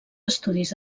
estudis